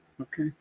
Okay